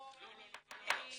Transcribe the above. אני